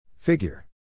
Figure